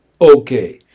Okay